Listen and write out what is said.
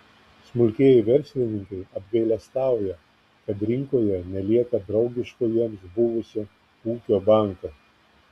smulkieji verslininkai apgailestauja kad rinkoje nelieka draugiško jiems buvusio ūkio banko